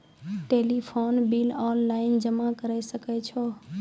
Telephone bill online जमा करै सकै छौ?